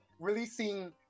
releasing